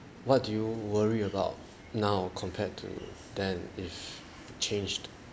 what do you worry about now compared to then if changed